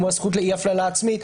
כמו הזכות לאי הפללה עצמית.